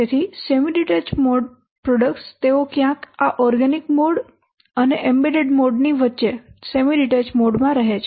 તેથી semi detached mode products તેઓ ક્યાંક આ ઓર્ગેનિક મોડ અને એમ્બેડેડ મોડ ની વચ્ચે સેમી ડીટેચ્ડ મોડ માં રહે છે